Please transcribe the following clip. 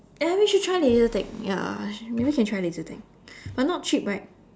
ah ya we should try laser tag ya maybe can try laser tag but not cheap right